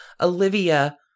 Olivia